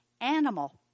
animal